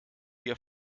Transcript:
ihr